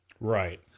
Right